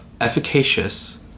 efficacious